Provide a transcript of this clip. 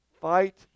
fight